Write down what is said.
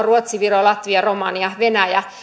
ruotsi viro latvia romania venäjä